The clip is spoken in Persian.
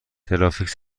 ترافیک